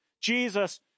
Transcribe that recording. Jesus